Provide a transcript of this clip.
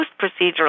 post-procedural